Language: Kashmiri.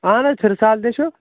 اَہَن حظ فِرسال تہِ چھُ